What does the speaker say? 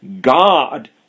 God